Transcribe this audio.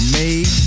made